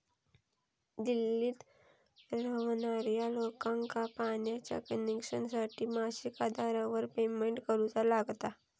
दिल्लीत रव्हणार्या लोकांका पाण्याच्या कनेक्शनसाठी मासिक आधारावर पेमेंट करुचा लागता